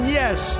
yes